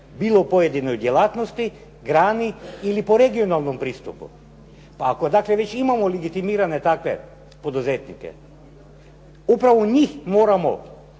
Bilo u pojedinoj djelatnosti, grani ili po regionalnom pristupu. Pa ako već imamo legitimirane takve poduzetnike upravo njih moramo